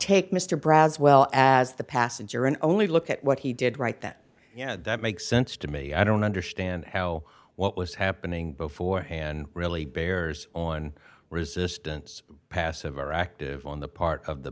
take mr brads well as the passenger and only look at what he did write that you know that makes sense to me i don't understand how what was happening beforehand really bears on resistance passive or active on the part of the